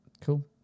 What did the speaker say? Cool